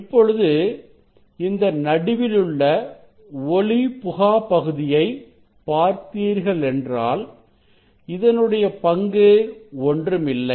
இப்பொழுது இந்த நடுவிலுள்ள ஒளி புகாத பகுதியை பார்த்தீர்களென்றால் இதனுடைய பங்கு ஒன்றுமில்லை